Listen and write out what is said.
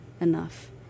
enough